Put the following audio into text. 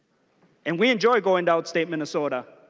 and we enjoy going to out state minnesota